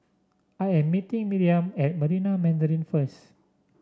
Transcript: I am meeting Miriam at Marina Mandarin first